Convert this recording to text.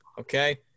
okay